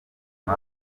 bwo